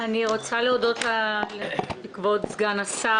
אני רוצה להודות לכבוד סגן השר,